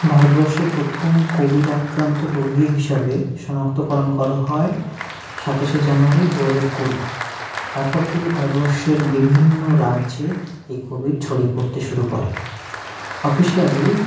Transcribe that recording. ভারতবর্ষে প্রথম কোভিড আক্রান্ত রোগী হিসাবে শনাক্তকরণ করা হয় সাতাশে জানুয়ারি দু হাজার কুড়ি তারপর থেকে ভারতবর্ষের বিভিন্ন রাজ্যে এই কোভিড ছড়িয়ে পড়তে শুরু করে অফিসিয়ালি